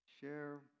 share